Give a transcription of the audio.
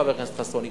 חבר הכנסת חסון,